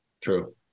True